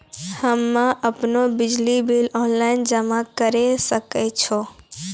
हम्मे आपनौ बिजली बिल ऑनलाइन जमा करै सकै छौ?